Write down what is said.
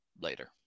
later